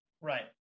right